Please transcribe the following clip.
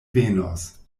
venos